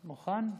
מוכן?